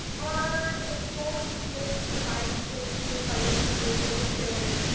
our goal is to be able to provide solutions by working with businesses,